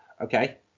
okay